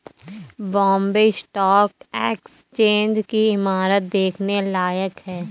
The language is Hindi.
बॉम्बे स्टॉक एक्सचेंज की इमारत देखने लायक है